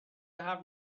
حرف